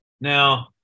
Now